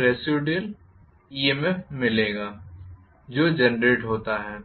residual EMF मिलेगा जो generate होता है